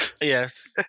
yes